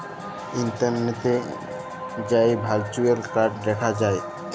ইলটারলেটে যাঁয়ে virtual card দ্যাখা যায়